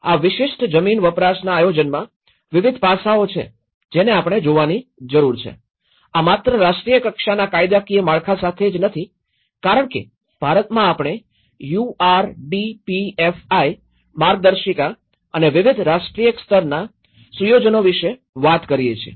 આ વિશિષ્ટ જમીન વપરાશના આયોજનમાં વિવિધ પાસાઓ છે જેને આપણે જોવાની જરૂર છે આ માત્ર રાષ્ટ્રીય કક્ષાના કાયદાકીય માળખા સાથે જ નથી કારણ કે ભારતમાં આપણે યુઆરડીપીએફઆઈ માર્ગદર્શિકા અને વિવિધ રાષ્ટ્રીય સ્તરના સુયોજનો વિશે વાત કરીએ છીએ